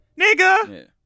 Nigga